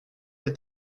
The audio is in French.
est